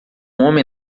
homem